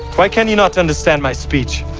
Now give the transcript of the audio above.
why can ye not understand my speech?